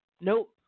nope